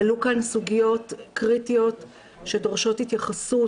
עלו כאן סוגיות קריטיות שדורשות התייחסות